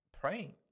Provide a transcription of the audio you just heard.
praying